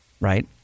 right